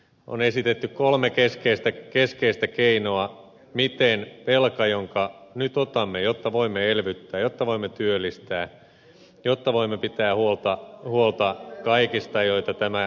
on esitetty kolme keskeistä keinoa miten korvata velka jonka nyt otamme jotta voimme elvyttää jotta voimme työllistää jotta voimme pitää huolta kaikista joita tämä taantuma koettelee